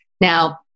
Now